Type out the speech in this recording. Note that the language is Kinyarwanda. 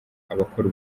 abakora